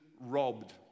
robbed